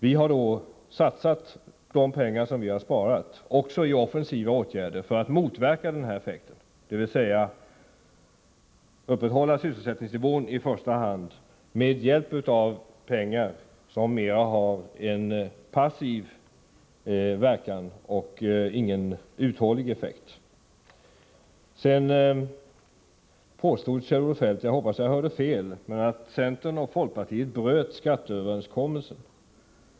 De medel som vi får tillgängliga genom besparingar har vi satsat också på offensiva åtgärder för att motverka negativa effekter på sysselsättningen, dvs. att vi upprätthåller sysselsättningsnivån i första hand med hjälp av medel från besparingar som mera har en ”passiv” verkan och inte någon effekt på längre sikt. Kjell-Olof Feldt påstod — jag hoppas att jag hörde fel! — att centern och folkpartiet bröt skatteöverenskommelsen.